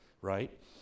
Right